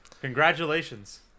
Congratulations